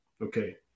Okay